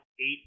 eight